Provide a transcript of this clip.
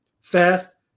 fast